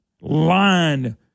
line